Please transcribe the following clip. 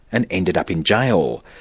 and ended up in jail.